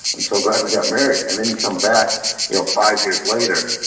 i'm so glad we got married. and then, you come back you know five years later,